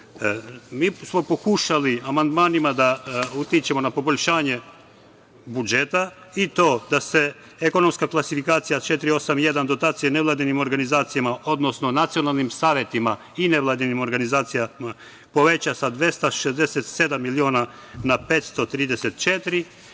smo pokušali amandmanima da utičemo na poboljšanje budžeta i to da se ekonomska klasifikacija 4.81, dotacije nevladinim organizacijama, odnosno nacionalnim savetima i nevladinim organizacijama poveća sa 267 miliona na 534 i,